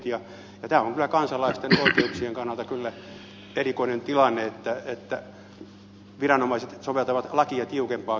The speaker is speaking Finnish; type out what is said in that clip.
tämä on kyllä kansalaisten oikeuksien kannalta erikoinen tilanne että viranomaiset soveltavat lakia tiukempaa käytäntöä